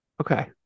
Okay